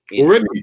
Already